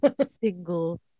single